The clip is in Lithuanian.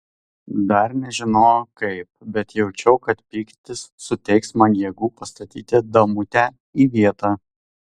dar nežinojau kaip bet jaučiau kad pyktis suteiks man jėgų pastatyti damutę į vietą